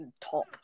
top